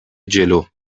جلو